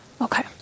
Okay